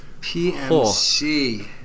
PMC